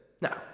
Now